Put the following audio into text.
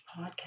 podcast